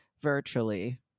virtually